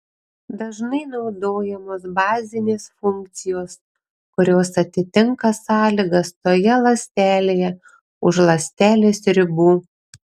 dažnai naudojamos bazinės funkcijos kurios atitinka sąlygas toje ląstelėje už ląstelės ribų